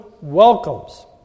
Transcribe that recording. welcomes